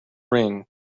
ring